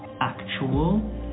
actual